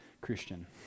christian